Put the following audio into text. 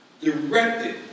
directed